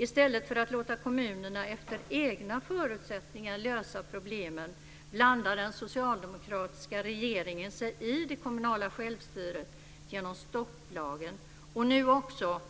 I stället för att låta kommunerna efter egna förutsättningar lösa problemen blandar den socialdemokratiska regeringen sig i det kommunala självstyret genom stopplagen, och nu också genom